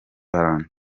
valentin